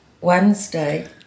Wednesday